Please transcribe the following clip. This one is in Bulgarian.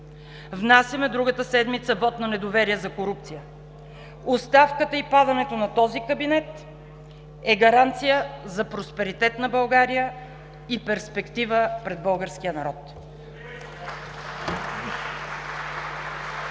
Внасяме другата седмица вот на недоверие за корупция. Оставката и падането на този кабинет е гаранция за просперитет на България и перспектива пред българския народ.